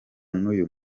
n’uyu